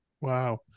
Wow